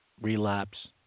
relapse